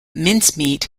mincemeat